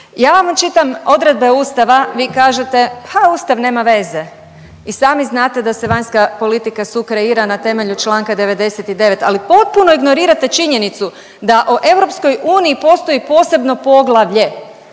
Ja vama čitam odredbe ustava, vi kažete pa ustav nema veze i sami znate da se vanjska politika sukreira na temelju čl. 99., ali potpuno ignorirate činjenicu da o EU postoji posebno poglavlje.